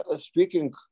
speaking